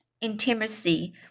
intimacy